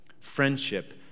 Friendship